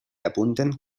apunten